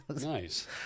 Nice